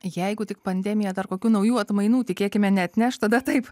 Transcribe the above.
jeigu tik pandemija dar kokių naujų atmainų tikėkime neatneš tada taip